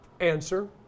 answer